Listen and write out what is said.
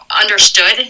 understood